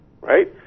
right